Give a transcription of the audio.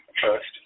First